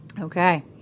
Okay